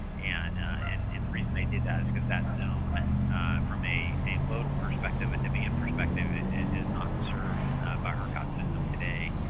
and and and the reason they did that is because that zone from a a load perspective, a demand perspective, is not served by ercot's system today.